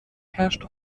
herrscht